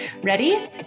Ready